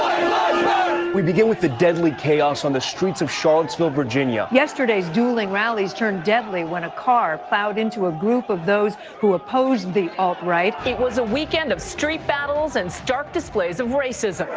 um we begin with the deadly chaos on the streets of charlottesville, va yeah yesterday's dueling rallies turned deadly when a car plowed into a group of those who oppose the alt-right it was a weekend of street battles and stark displays of racism